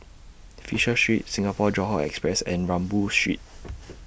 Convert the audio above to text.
Fisher Street Singapore Johore Express and Rambau Street